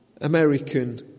American